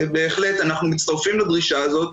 בהחלט אנחנו מצטרפים לדרישה הזאת,